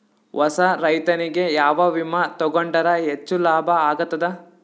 ಹೊಸಾ ರೈತನಿಗೆ ಯಾವ ವಿಮಾ ತೊಗೊಂಡರ ಹೆಚ್ಚು ಲಾಭ ಆಗತದ?